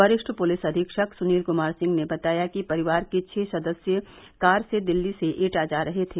वरिष्ठ पुलिस अधीक्षक सुनील क्मार सिंह ने बताया कि परिवार के छह सदस्य कार से दिल्ली से एटा जा रहे थे